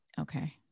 Okay